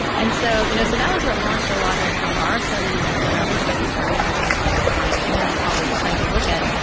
and so you know, so that was what launched a lot of of our studies and and other studies by researchers like brian hare and colleagues trying to look at,